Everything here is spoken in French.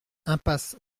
impasse